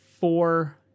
four